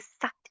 sucked